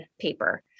paper